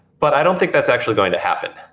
but i don't think that's actually going to happen.